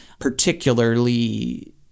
particularly